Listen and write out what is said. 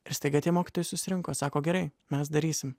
ir staiga tie mokytojai susirinko sako gerai mes darysim